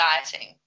exciting